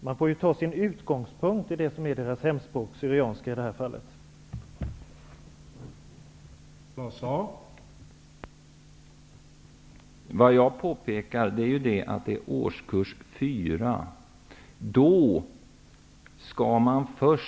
Man får utgå från deras hemspråk, i det här fallet syrianska.